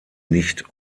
nicht